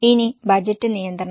ഇനി ബജറ്റ് നിയന്ത്രണം